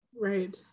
right